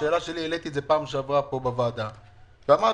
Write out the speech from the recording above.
העליתי את זה בפעם שעברה בוועדה ואמרתי: